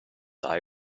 eye